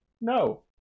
No